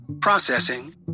Processing